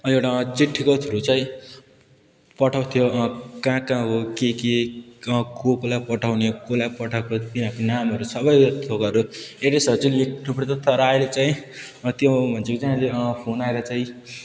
एउटा चिठीको थ्रु चाहिँ पठाउँथ्यो कहाँ कहाँ हो के के को कोलाई पठाउने कसलाई पठाएको त्यहाँ नामहरू सबै यो थोकहरू एड्रेसहरू चाहिँ लेख्नु पर्थ्यो तर अहिले चाहिँ त्यो जुन चाहिँ फोन आएर चाहिँ